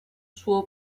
suo